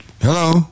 Hello